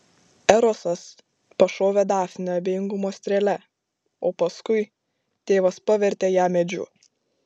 erosas pašovė dafnę abejingumo strėle o paskui tėvas pavertė ją medžiu